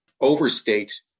overstate